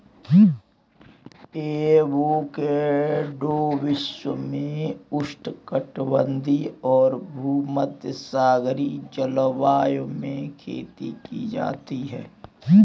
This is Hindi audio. एवोकैडो विश्व में उष्णकटिबंधीय और भूमध्यसागरीय जलवायु में खेती की जाती है